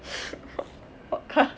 pod~ pod~ podcast